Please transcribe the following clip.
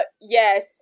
yes